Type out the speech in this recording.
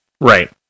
right